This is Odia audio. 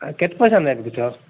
କେତେ ପଇସା ଲେଖା ବିକୁଛ